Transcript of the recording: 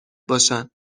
باشن